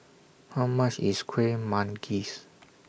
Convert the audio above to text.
How much IS Kueh Manggis